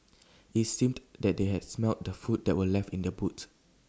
IT seemed that they had smelt the food that were left in the boot